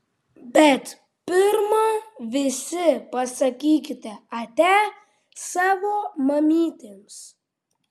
bet pirma visi pasakykite ate savo mamytėms